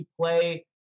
play